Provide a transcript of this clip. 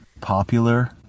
popular